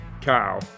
cow